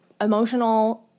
emotional